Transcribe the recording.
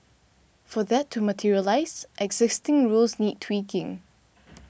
for that to materialise existing rules need tweaking